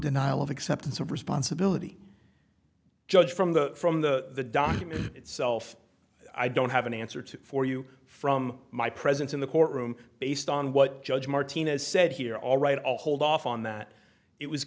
denial of acceptance of responsibility judge from the from the document itself i don't have an answer to for you from my presence in the courtroom based on what judge martinez said here all right i'll hold off on that it was